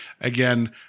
again